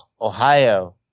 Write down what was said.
Ohio